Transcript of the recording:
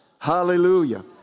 Hallelujah